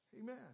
Amen